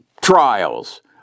trials